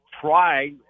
try